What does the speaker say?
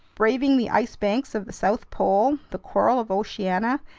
braving the ice banks of the south pole, the coral of oceania,